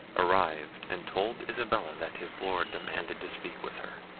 arrived and told isabella that his lord demanded to speak with her.